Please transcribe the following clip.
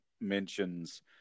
mentions